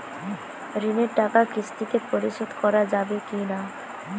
ঋণের টাকা কিস্তিতে পরিশোধ করা যাবে কি না?